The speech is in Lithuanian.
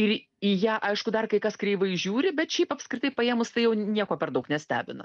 ir į ją aišku dar kai kas kreivai žiūri bet šiaip apskritai paėmus tai jau nieko per daug nestebina